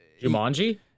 Jumanji